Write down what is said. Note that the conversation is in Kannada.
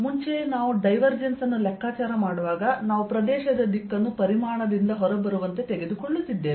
ಮುಂಚೆಯೇ ನಾವು ಡೈವರ್ಜೆನ್ಸ್ ಅನ್ನು ಲೆಕ್ಕಾಚಾರ ಮಾಡುವಾಗ ನಾವು ಪ್ರದೇಶದ ದಿಕ್ಕನ್ನು ಪರಿಮಾಣದಿಂದ ಹೊರಬರುವಂತೆ ತೆಗೆದುಕೊಳ್ಳುತ್ತಿದ್ದೇವೆ